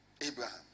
Abraham